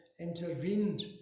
intervened